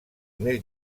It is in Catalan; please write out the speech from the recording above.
més